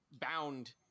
bound